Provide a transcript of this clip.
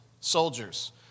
soldiers